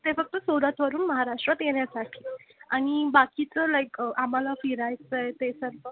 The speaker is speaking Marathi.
ते फक्त सुरतवरून महाराष्ट्रात येण्यासाठी आणि बाकीचं लाईक आम्हाला फिरायचंय ते सर्व